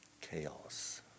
chaos